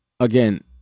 Again